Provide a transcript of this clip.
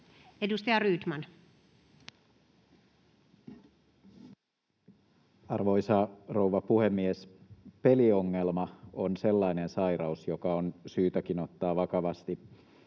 14:33 Content: Arvoisa rouva puhemies! Peliongelma on sellainen sairaus, joka on syytäkin ottaa vakavasti,